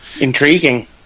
Intriguing